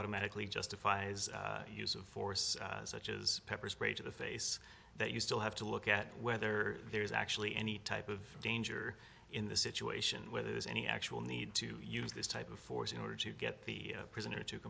automatically justifies use of force such as pepper spray to the face that you still have to look at whether there is actually any type of danger in the situation whether there's any actual need to use this type of force in order to get the prisoner to